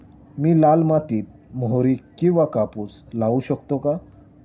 मी लाल मातीत मोहरी किंवा कापूस लावू शकतो का?